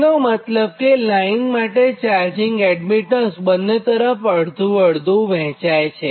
તેનો મતલબ કે લાઇન માટે ચાર્જિંગ એડમીટન્સ બંને તરફ અડધું અડધું વહેંચાય છે